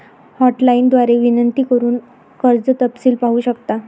hotline द्वारे विनंती करून कर्ज तपशील पाहू शकता